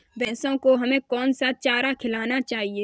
भैंसों को हमें कौन सा चारा खिलाना चाहिए?